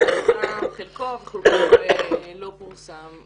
שפורסם חלקו וחלקו לא פורסם.